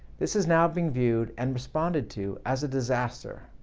this is now being viewed and responded to as a disaster,